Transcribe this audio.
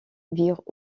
virent